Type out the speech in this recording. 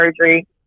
surgery